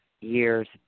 years